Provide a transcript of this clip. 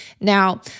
Now